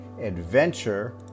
adventure